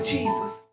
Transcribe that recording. Jesus